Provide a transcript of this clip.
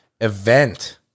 event